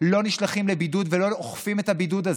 לא נשלחים לבידוד ולא אוכפים את הבידוד הזה?